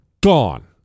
gone